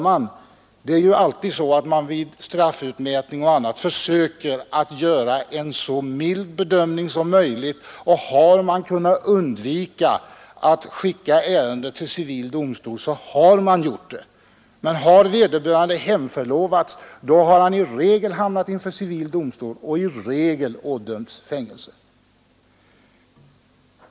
Man försöker ju alltid vid straffutmätning göra en så mild bedömning som möjligt, och har man kunnat undvika att skicka ärendet till civil domstol, så har man hittills gjort det. Men om vederbörande hemförlovas har han ställts inför civil domstol och i regel ådömts fängelse.